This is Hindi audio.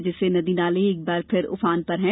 जिससे नदी नालोंएक बार फिर उफान पर हैं